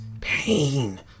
pain